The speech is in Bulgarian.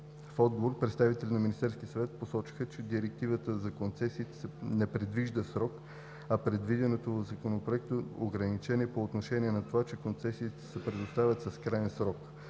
В отговор представителите на Министерския съвет посочиха, че Директивата за концесиите не предвижда срок, а предвиденото в Законопроекта ограничение е по отношение на това, че концесиите се предоставят с краен срок,